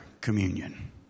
communion